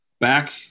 back